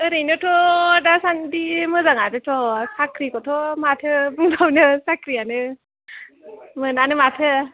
ओरैनोथ' दासान्दि मोजाङानोथ' साख्रिखौथ' माथो बुंबावनो साख्रिआनो मोनानो माथो